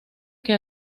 que